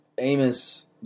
Amos